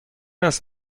است